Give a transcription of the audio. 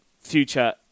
future